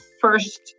first